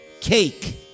cake